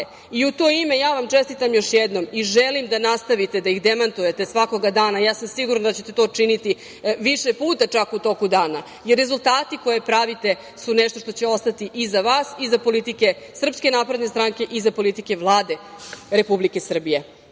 i u to ime ja vam čestitam još jednom i želim da nastavite da ih demantujete svakoga dana. Ja sam sigurna da ćete to učiniti više puta čak u toku dana, jer rezultati koje pravite su nešto što će ostati iza vas i iza politike Srpske napredne stranke i iza politike Vlade Republike Srbije. Dakle,